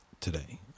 today